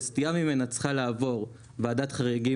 וסטייה ממנה צריכה לעבור ועדת חריגים